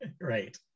right